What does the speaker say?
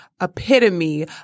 epitome